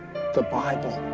the bible.